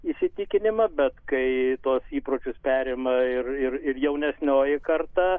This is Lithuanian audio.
įsitikinimą bet kai tuo įpročius perima ir ir ir jaunesnioji karta